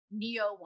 neo